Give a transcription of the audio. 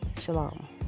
shalom